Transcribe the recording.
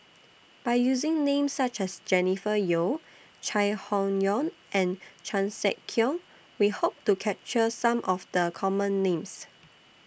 By using Names such as Jennifer Yeo Chai Hon Yoong and Chan Sek Keong We Hope to capture Some of The Common Names